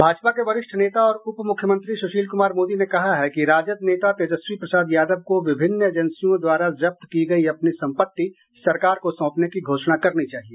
भाजपा के वरिष्ठ नेता और उप मुख्यमंत्री सुशील कुमार मोदी ने कहा है कि राजद नेता तेजस्वी प्रसाद यादव को विभिन्न एजेंसियों द्वारा जब्त की गयी अपनी संपत्ति सरकार को सौंपने की घोषणा करनी चाहिए